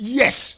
yes